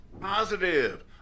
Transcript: Positive